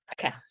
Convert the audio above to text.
Okay